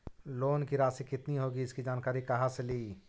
Loan की रासि कितनी होगी इसकी जानकारी कहा से ली?